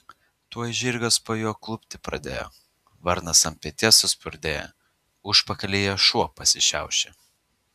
tuoj žirgas po juo klupti pradėjo varnas ant peties suspurdėjo užpakalyje šuo pasišiaušė